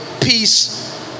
peace